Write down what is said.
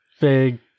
big